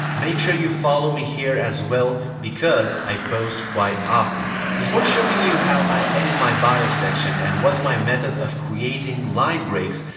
make sure you follow me here as well, i post quite often. before showing you how i edit my bio section and what's my method of creating line breaks,